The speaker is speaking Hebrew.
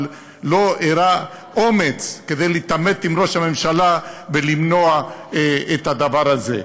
אבל לא הראה אומץ כדי להתעמת עם ראש הממשלה ולמנוע את הדבר הזה.